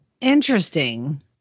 Interesting